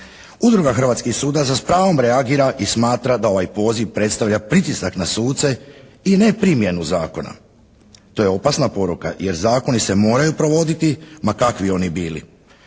Udruga hrvatskih sudaca sa pravom reagira i smatra da ovaj poziv predstavlja pritisak na suce i neprimjenu zakona. To je opasna poruka jer zakoni se moraju provoditi ma kakvi oni bili.